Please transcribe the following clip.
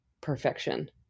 perfection